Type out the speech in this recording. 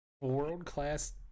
world-class